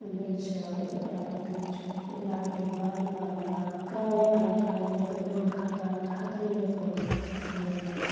بیٚیہِ چھِ اگر تُہۍ وٕچھو تِم بانہٕ وانہٕ بَناوان کرٛالہٕ کٲم کَران یۄس زَن برونٛٹھ کالہِ واریاہ خَتمٕے ٲس گٔمٕژ اَسہِ کَشمیٖرَس منٛز